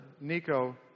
Nico